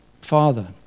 Father